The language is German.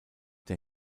der